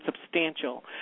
substantial